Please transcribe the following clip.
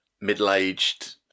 middle-aged